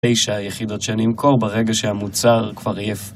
9 יחידות שאני אמכור ברגע שהמוצר כבר יהיה..